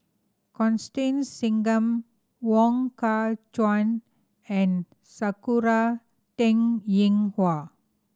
Constance Singam Wong Kah Chun and Sakura Teng Ying Hua